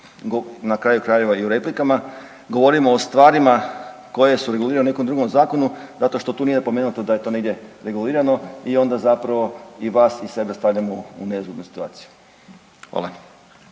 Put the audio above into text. na kraju krajeva i u replikama, govorimo o stvarima koje su regulirane u nekom drugom zakonu zato što tu nije napomenuto da je to negdje regulirano i onda zapravo i vas i sebe stavljamo u nezgodnu situaciju. Hvala.